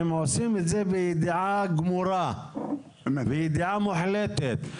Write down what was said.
והם עושים את זה בידיעה גמורה וידיעה מוחלטת.